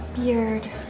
beard